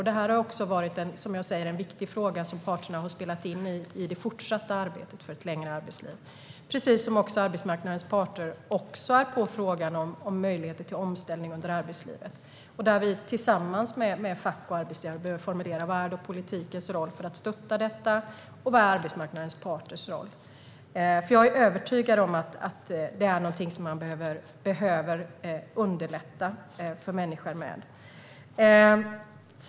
Detta har också varit en viktig fråga som parterna fört in i det fortsatta arbetet för ett längre arbetsliv, precis som parterna också har tagit upp frågan om möjligheter till omställning under arbetslivet. Där behöver vi tillsammans med fack och arbetsgivare formulera vad som är politikens roll när det gäller att stötta detta och vad som är arbetsmarknadens parters roll. Jag är övertygad om att man behöver underlätta för människor här.